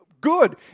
good